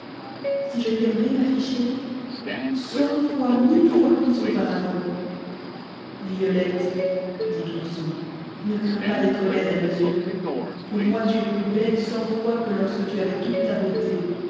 si je t'aimerai ma fille chérie cent fois mille fois plus qu'auparavant violette dit ourson ne crains pas d'être laide à nos yeux pour moi tu es plus belle cent fois que lorsque tu avais toute ta beauté